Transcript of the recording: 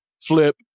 flip